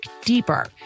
deeper